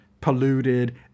polluted